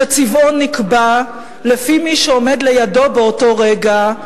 צבעו נקבע לפי מי שעומד לידו באותו רגע,